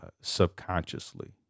subconsciously